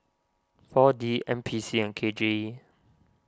four D N P C and K J E